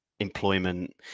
employment